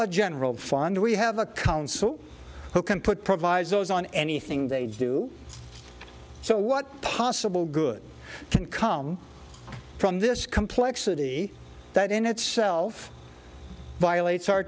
a general fund we have a council who can put provisos on anything they do so what possible good can come from this complexity that in itself violates our